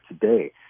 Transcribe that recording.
today